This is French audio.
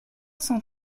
cent